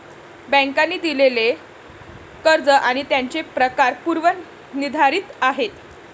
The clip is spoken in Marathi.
बँकांनी दिलेली कर्ज आणि त्यांचे प्रकार पूर्व निर्धारित आहेत